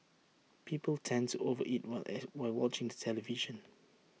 people tend to over eat while while watching the television